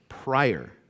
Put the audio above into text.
prior